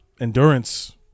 endurance